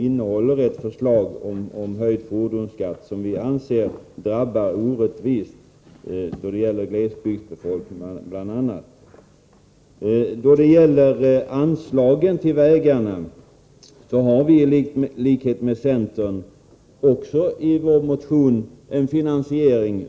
innehåller ett förslag om höjd fordonsskatt som enligt vår mening drabbar orättvist bl.a. då det gäller glesbygdsbefolkningen. Beträffande anslaget till vägarna, så har vi i likhet med centern i vår motion anvisat en finansiering.